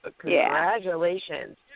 Congratulations